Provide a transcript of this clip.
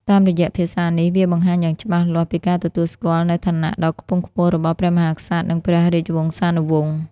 តាមរយៈភាសានេះ វាបង្ហាញយ៉ាងច្បាស់លាស់ពីការទទួលស្គាល់នូវឋានៈដ៏ខ្ពង់ខ្ពស់របស់ព្រះមហាក្សត្រ និងព្រះរាជវង្សានុវង្ស។